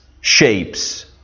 shapes